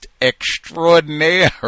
extraordinaire